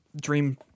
dream